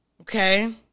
Okay